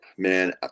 man